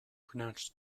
pronounced